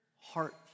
heart